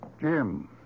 Jim